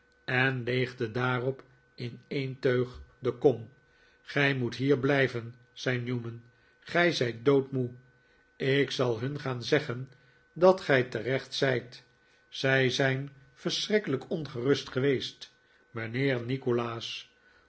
en leegde daarop in een teug de kom gij moet hier blijven zei newman gij zijt doodmoe ik zal hun gaan zeggen dat gij terecht zijt zij zijn verschrikkelijk ongerust geweest mijnheer nikolaas